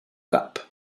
cap